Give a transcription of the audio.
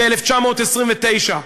ב-1929?